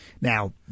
Now